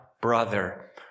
brother